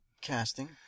casting